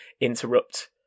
interrupt